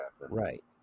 Right